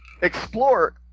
explore